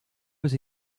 was